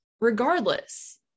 Regardless